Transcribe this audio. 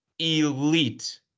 elite